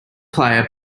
player